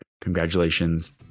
congratulations